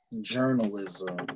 journalism